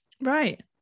Right